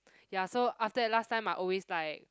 ya so after that last time I always like